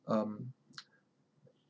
um